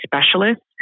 specialists